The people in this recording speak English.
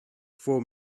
four